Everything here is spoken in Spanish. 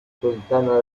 sultana